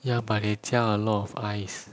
ya but they 加 a lot of ice